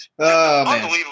unbelievable